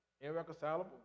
irreconcilable